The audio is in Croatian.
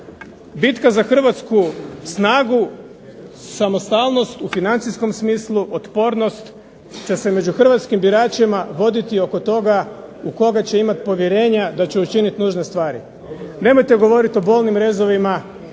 Bitka za hrvatsku snagu, samostalnost u financijskom smislu, otpornost će se među hrvatskim biračima voditi oko toga u koga će imati povjerenja da će učiniti nužne stvari. Nemojte govoriti o bolnim rezovima